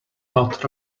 not